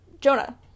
Jonah